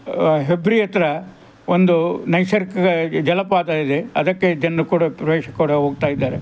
ಹೆಬ್ರಿ ಹತ್ತಿರ ಒಂದು ನೈಸರ್ಗಿಕ ಜಲಪಾತ ಇದೆ ಅದಕ್ಕೆ ಜನ್ರು ಕೂಡ ಪ್ರವಾಸ್ಗ್ರು ಕೂಡ ಹೋಗ್ತಾ ಇದ್ದಾರೆ